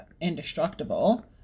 indestructible